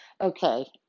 Okay